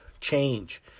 change